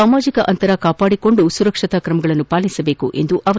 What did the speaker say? ಸಾಮಾಜಿಕ ಅಂತರ ಕಾಪಾಡಿಕೊಂಡು ಸುರಕ್ಷತಾ ಕ್ರಮಗಳನ್ನು ಪಾಲಿಸಬೇಕು ಎಂದರು